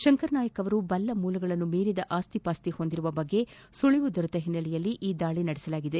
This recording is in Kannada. ಶಂಕರ್ನಾಯಕ ಅವರು ಬಲ್ಲ ಮೂಲಗಳನ್ನು ಮೀರಿದ ಆಸ್ತಿ ಪಾಸ್ತಿ ಹೊಂದಿರುವ ಬಗ್ಗೆ ಸುಳಿವು ದೊರೆತ ಹಿನ್ನೆಲೆಯಲ್ಲಿ ಈ ದಾಳಿ ನಡೆಸಲಾಗಿದೆ